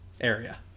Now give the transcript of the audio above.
area